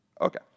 Okay